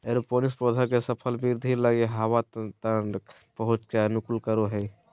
aeroponics पौधा के सफल वृद्धि लगी हवा तक पहुंच का अनुकूलन करो हइ